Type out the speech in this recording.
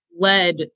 led